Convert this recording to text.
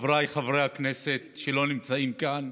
חבריי חברי הכנסת שלא נמצאים כאן,